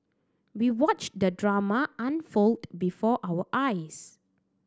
we watched the drama unfold before our eyes